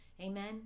Amen